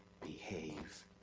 behave